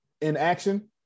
Inaction